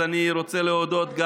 אז אני רוצה להודות,